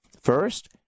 First